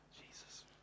Jesus